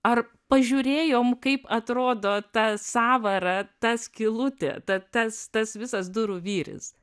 ar pažiūrėjom kaip atrodo ta sąvara ta skylutė ta tas tas visas durų vyris